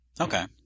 Okay